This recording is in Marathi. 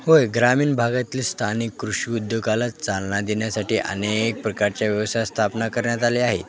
होय ग्रामीण भागातील स्थानिक कृषी उद्योगाला चालना देण्यासाठी अनेक प्रकारच्या व्यवसाय स्थापना करण्यात आले आहेत